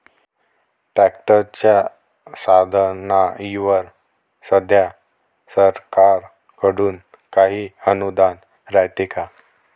ट्रॅक्टरच्या साधनाईवर सध्या सरकार कडून काही अनुदान रायते का?